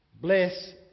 Bless